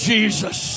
Jesus